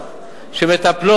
אני בכיסאי, לא קמתי.